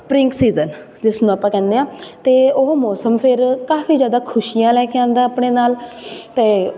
spring season ਜਿਸ ਨੂੰ ਆਪਾਂ ਕਹਿੰਦੇ ਹਾਂ ਅਤੇ ਉਹ ਮੌਸਮ ਫਿਰ ਕਾਫ਼ੀ ਜ਼ਿਆਦਾ ਖੁਸ਼ੀਆਂ ਲੈ ਕੇ ਆਉਂਦਾ ਆਪਣੇ ਨਾਲ ਅਤੇ